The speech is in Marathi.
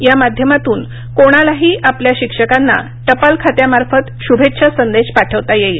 या माध्यमातून कोणालाही आपल्या शिक्षकांना टपाल खात्यामार्फत शुभेच्छा संदेश पाठवता येईल